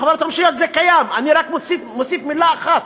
בחברות ממשלתיות זה קיים, אני רק מוסיף מילה אחת,